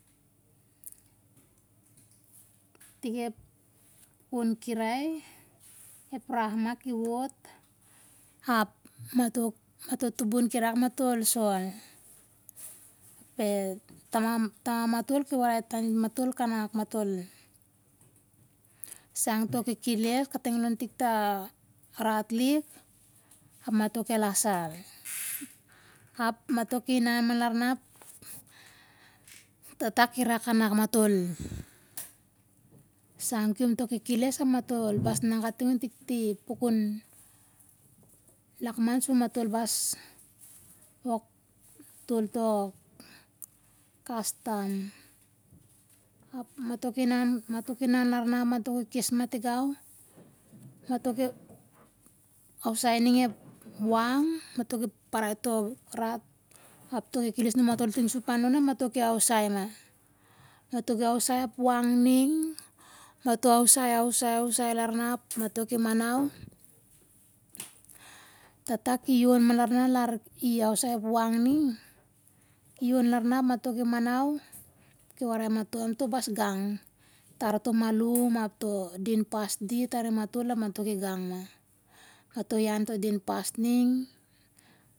Tik ep kirai ep roh ma ki wot ap mato mato tubun kirak matol sol. ape tamam tamam matol ki warai e tandit matol kanak matol sang to kekesel kating tik tarat lik ap masto kel asal, ap mato kinan ma larna a tata kirak kanak matol sang koim to kekeles ap matol bas inan kating ontik ti pukun lakman su matol bas wok tol tok kastam, ap mato kinan larna mato ki kes ma tingau mato ki ausai ning ep wang mato ki parai to rat apto kekeles numatol tingsup anlon ap mato ki ausai ma, mato ki ausai ep wang ning mato ausai ausai ausai larna ap mato ki manau, tata ki yon ma larna lar i ausai ep wang ning i yon larna ap mato ki manau ki warai matol amto bas gang tar to malum apto din pas dit arim matol ap mato ki gang ma mato ian to din pas ning